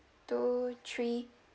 two three